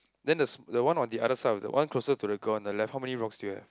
then thus the one on the other side of the one closer to the girl on the left how many rocks do you have